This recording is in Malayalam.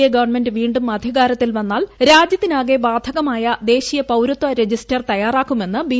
എ ഗവൺമെന്റ വീണ്ടും അധികാരത്തിൽ വന്നാൽ രാജ്യത്തിനാകെ ബാധകമായ ദേശീയ പൌരത്വ രജിസ്റ്റർ തയ്യാറാക്കുമ്ലെന്ന് ബി